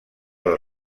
del